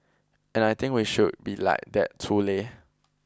and I think we should be like that too Leh